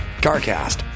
CarCast